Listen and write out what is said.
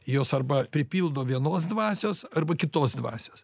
jos arba pripildo vienos dvasios arba kitos dvasios